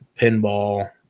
pinball